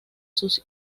sus